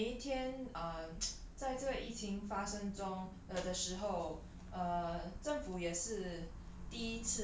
我觉得每天 uh 在这里疫情发生中的时候 err 政府也是